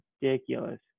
ridiculous